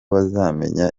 bazamenya